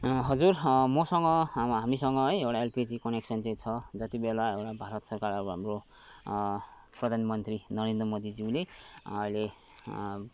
हजुर मसँग हा हामीसँग है एउटा एलपिजी क सरकार अब हाम्रो प्रधानमन्त्री नरेन्द्र मोदीज्यू अहिले